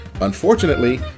Unfortunately